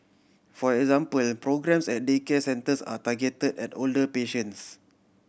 for example programmes at daycare centres are targeted at older patients